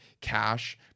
cash